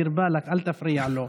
דיר באלכ, אל תפריע לו.